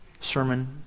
sermon